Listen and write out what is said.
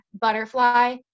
butterfly